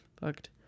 fucked